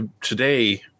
today